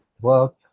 work